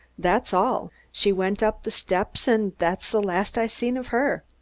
that's all. she went up the steps, and that's the last i seen of her.